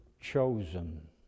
chosen